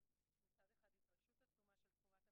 היום ה-7 לנובמבר, 2018, כ"ט, בחשוון תשע"ט.